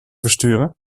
versturen